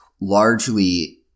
largely